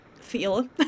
feel